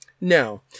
No